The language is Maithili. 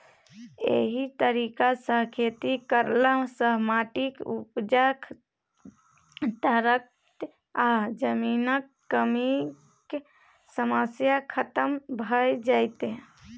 एहि तरीका सँ खेती करला सँ माटिक उपजा ताकत आ जमीनक कमीक समस्या खतम भ जेतै